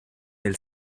del